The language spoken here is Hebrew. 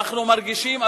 אנחנו מרגישים,